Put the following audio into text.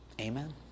Amen